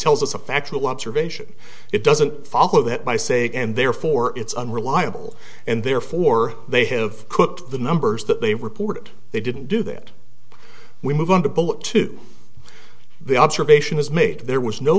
tells us a factual observation it doesn't follow that by saying and therefore it's unreliable and therefore they have cooked the numbers that they reported they didn't do that we move on to to bullet the observation is made that there was no